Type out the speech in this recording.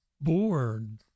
bored